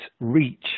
reach